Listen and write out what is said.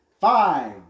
Five